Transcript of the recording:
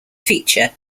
feature